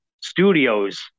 studios